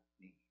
need